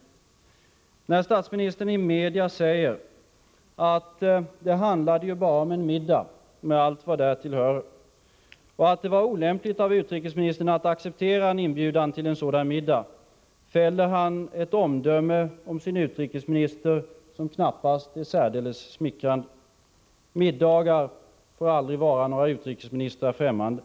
När statsministern i media säger att det bara handlade om en middag med allt vad därtill hör och att det var olämpligt av utrikesministern att acceptera en inbjudan till en sådan middag fäller han ett omdöme om sin utrikesminister som knappast är särdeles smickrande. Middagar får aldrig vara en utrikesminister fftämmande.